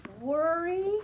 Worry